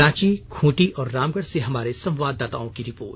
रांची खुंटी और रामगढ से हमारे संवाददाताओं की रिपोर्ट